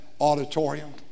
auditorium